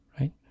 right